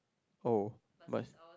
oh much